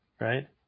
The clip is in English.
Right